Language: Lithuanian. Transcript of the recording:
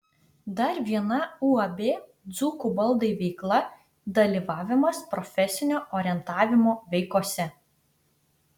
dar viena uab dzūkų baldai veikla dalyvavimas profesinio orientavimo veikose